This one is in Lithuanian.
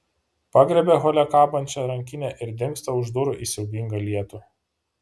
pagriebia hole kabančią rankinę ir dingsta už durų į siaubingą lietų